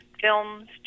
films